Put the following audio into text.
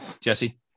Jesse